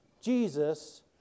Jesus